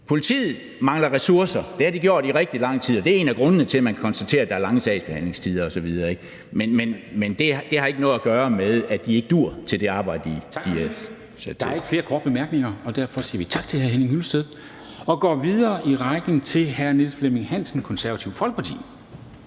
Politiet mangler ressourcer. Det har de gjort i rigtig lang tid, og det er en af grundene til, at man konstaterer, at der er lange sagsbehandlingstider osv. Men det har ikke noget at gøre med, at de ikke duer til det arbejde, de er sat til. Kl. 10:23 Formanden (Henrik Dam Kristensen): Tak. Der er ikke flere korte bemærkninger, og derfor siger vi tak til hr. Henning Hyllested og går videre i rækken til hr. Niels Flemming Hansen, Det Konservative Folkeparti.